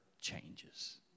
changes